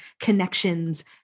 connections